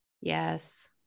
Yes